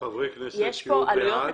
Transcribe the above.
חברי כנסת שיהיו בעד.